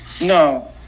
No